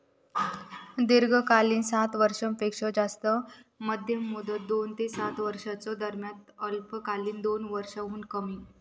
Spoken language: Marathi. दीर्घकालीन सात वर्षांपेक्षो जास्त, मध्यम मुदत दोन ते सात वर्षांच्यो दरम्यान, अल्पकालीन दोन वर्षांहुन कमी